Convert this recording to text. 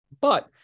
But-